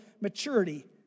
maturity